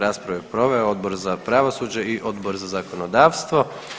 Raspravu je proveo Odbor za pravosuđe i Odbor za zakonodavstvo.